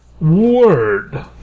word